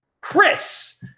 Chris